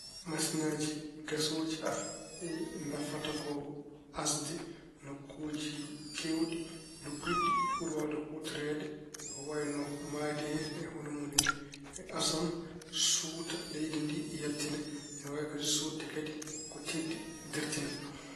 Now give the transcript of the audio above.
Masiŋaaji gasooji nafata ko asde nokkuuji keewɗi, luggiɗɗi. Ɓuri waawde huutoreede ko wayno mahdi en e hono mun en. Asan, suuta leydi ndi yaltina. Ina waawi kadi suutde kadi ko teddi dirtina.